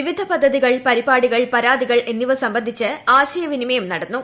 വിവിധ പദ്ധതികൾ പരിപാടികൾ പരാതികൾ എന്നിവ സംബന്ധിച്ച് ആശയവിനിമയം നടന്നു